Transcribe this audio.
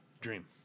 Dream